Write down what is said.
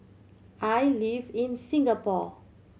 I live in Singapore